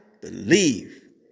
believe